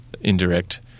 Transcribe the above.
indirect